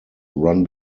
run